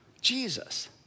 Jesus